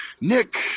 Nick